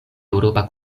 eŭropa